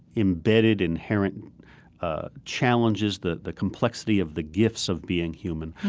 imbedded, inherent challenges, the the complexity of the gifts of being human.